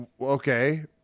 Okay